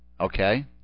Okay